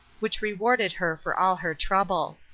which rewarded her for all her trouble.